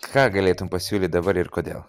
ką galėtum pasiūlyt dabar ir kodėl